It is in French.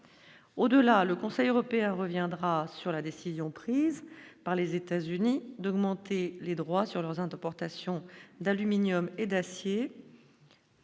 Au-delà, le Conseil européen, reviendra sur la décision prise par les États-Unis, d'augmenter les droits sur leurs importations d'aluminium et d'acier.